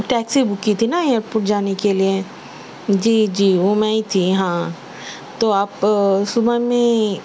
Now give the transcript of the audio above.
taxi book کی تھی نا ائیرپورٹ جانے کے لیے جی جی وہ میں ہی تھی ہاں تو آپ صبح میں